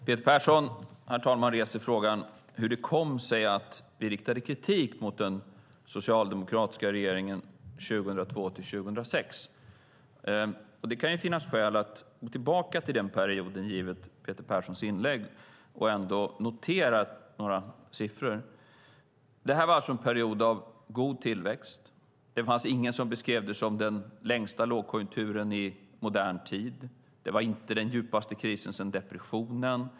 Herr talman! Peter Persson reser frågan hur det kom sig att vi riktade kritik mot den socialdemokratiska regeringen 2002-2006. Det kan finnas skäl att gå tillbaka till den perioden givet Peter Perssons inlägg och ändå notera några siffror. Detta var alltså en period av god tillväxt. Det fanns ingen som beskrev den som den längsta lågkonjunkturen i modern tid. Det var inte den djupaste krisen sedan depressionen.